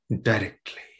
directly